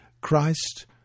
Christ